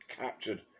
captured